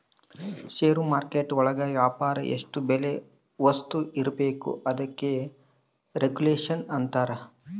ಷೇರು market ಒಳಗ ವ್ಯಾಪಾರ ಎಷ್ಟ್ ಬೆಲೆ ವಸ್ತು ಇರ್ಬೇಕು ಅದಕ್ಕೆ ರೆಗುಲೇಷನ್ ಅಂತರ